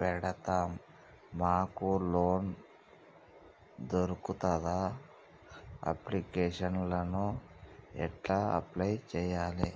పెడతం మాకు లోన్ దొర్కుతదా? అప్లికేషన్లను ఎట్ల అప్లయ్ చేయాలే?